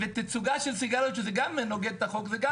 ותצוגה של סיגריות שזה גם נוגד את החוק מוכרים.